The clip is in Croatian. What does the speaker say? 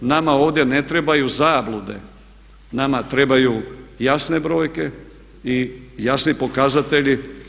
Nama ovdje ne trebaju zablude, nama trebaju jasne brojke i jasni pokazatelji.